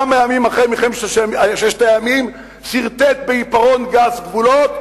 כמה ימים אחרי מלחמת ששת הימים סרטט בעיפרון גס גבולות,